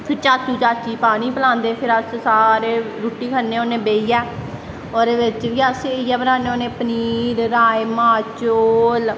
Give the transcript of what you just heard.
चाचू चाची पानी पलांदे फिर अस सारे रुट्टी खन्ने होन्ने बेहियै ओह्दे बिच्च बी अस इयै बनान्ने होन्ने पनीर राजमा चौल